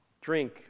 drink